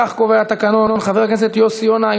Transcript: כך קובע התקנון: חבר הכנסת יוסי יונה,